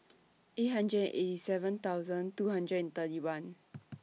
eight hundred and eighty seven thousand two hundred and thirty one